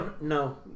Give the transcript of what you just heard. No